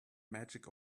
magic